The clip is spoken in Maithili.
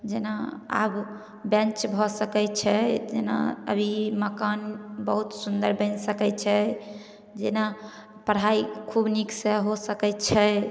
जेना आब बेन्च भऽ सकय छै जेना अभी मकान बहुत सुन्दर बनि सकय छै जेना पढाइ खूब नीकसँ हो सकय छै